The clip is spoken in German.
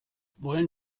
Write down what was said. wollen